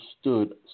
stood